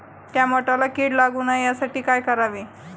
टोमॅटोला कीड लागू नये यासाठी काय करावे?